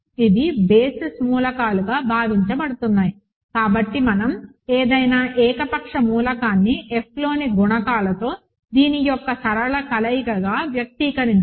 ఇవి బేసిస్ మూలకాలుగా భావించబడుతున్నాయి కాబట్టి మనం ఏదైనా ఏకపక్ష మూలకాన్ని Fలోని గుణకాలతో దీని యొక్క సరళ కలయికగా వ్యక్తీకరించాము